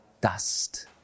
dust